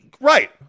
Right